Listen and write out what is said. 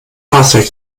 fahrzeug